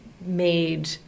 made